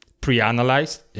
pre-analyzed